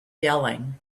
yelling